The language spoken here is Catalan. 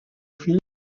fill